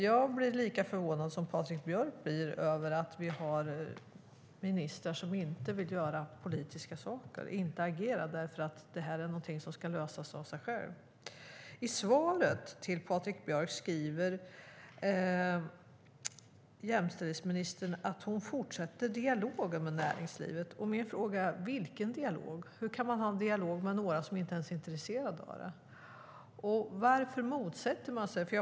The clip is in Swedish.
Jag blir lika förvånad som Patrik Björck över att vi har ministrar som inte vill agera politiskt utan hävdar att detta är någonting som ska lösa sig av sig självt. I svaret till Patrik Björck säger jämställdhetsministern att hon fortsätter "dialogen med näringslivet". Min fråga är: Vilken dialog? Hur kan man ha en dialog med några som inte ens är intresserade? Varför motsätter man sig kvotering?